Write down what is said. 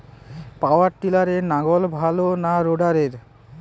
পাওয়ার টিলারে লাঙ্গল ভালো না রোটারের?